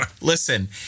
Listen